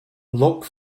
look